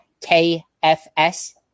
KFS